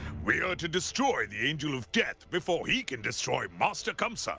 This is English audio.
we are to destroy the angel of death, before he can destroy master kamsa